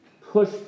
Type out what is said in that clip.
push